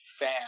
Fan